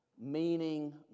meaning